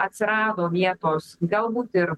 atsirado vietos galbūt ir